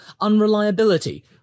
unreliability